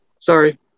sorry